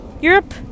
Europe